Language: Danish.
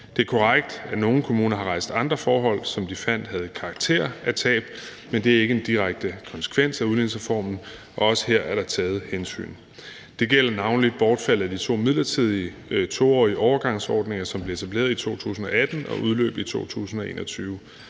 Det er korrekt, at nogle kommuner har rejst andre forhold, som de fandt havde karakter af tab, men det er ikke en direkte konsekvens af udligningsreformen, og også her er der taget hensyn. Det gælder navnlig bortfald af de to midlertidige 2-årige overgangsordninger, som blev etableret i 2018 og udløb i 2021.